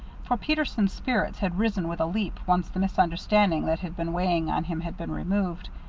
for peterson's spirits had risen with a leap, once the misunderstanding that had been weighing on him had been removed,